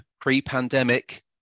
pre-pandemic